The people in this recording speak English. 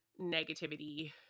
negativity